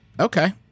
Okay